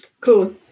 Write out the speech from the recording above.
Cool